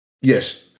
Yes